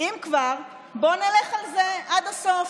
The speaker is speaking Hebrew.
אם כבר, בוא נלך על זה עד הסוף.